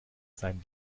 sein